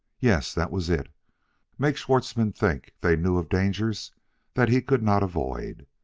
yes, that was it make schwartzmann think they knew of dangers that he could not avoid.